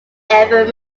ever